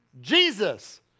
Jesus